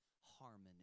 harmony